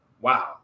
wow